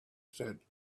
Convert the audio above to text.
said